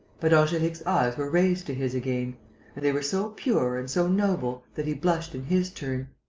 but angelique's eyes were raised to his again and they were so pure and so noble that he blushed in his turn.